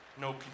no